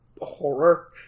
horror